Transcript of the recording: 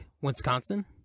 Wisconsin